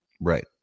Right